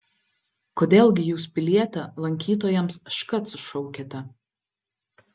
kodėl gi jūs piliete lankytojams škac šaukiate